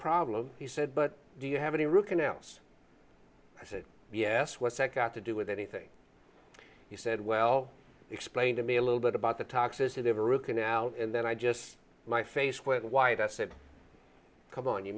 problem he said but do you have any root canals i said yes what's that got to do with anything he said well explain to me a little bit about the toxicity of a root canal and then i just my face went white that said come on you